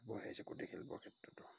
আগবাঢ়িছে কুটীৰ শিল্পৰ ক্ষেত্ৰতো